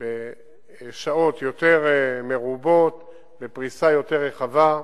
שעות מרובות יותר בפריסה יותר רחבה.